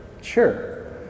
Sure